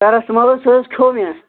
paracetamol حظ سُہ حظ کھیوٚ مےٚ